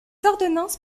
ordonnances